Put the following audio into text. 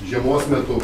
žiemos metu